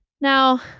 Now